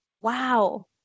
wow